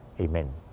Amen